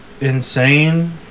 insane